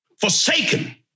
forsaken